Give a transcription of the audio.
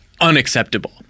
Unacceptable